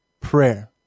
prayer